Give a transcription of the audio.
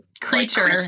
creature